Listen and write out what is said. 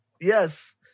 Yes